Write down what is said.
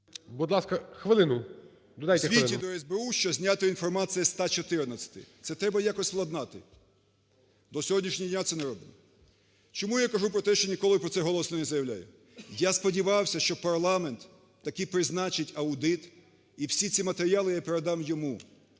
Будь ласка, хвилину. Додайте хвилину. ЛУЦЕНКО Ю.В. "…в звіті до СБУ, що знята інформація з 114. Це треба якось владнати". До сьогоднішнього дня це не робили. Чому я кажу про те, що ніколи про це голосно не заявляю? Я сподівався, що парламент таки призначить аудит, і всі ці матеріали я передам йому.